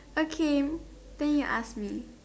okay then you ask me